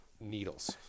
needles